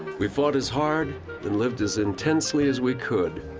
we fought as hard and lived as intensely as we could,